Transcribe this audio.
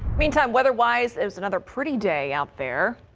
meantime weather wise is another pretty day out there.